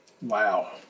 wow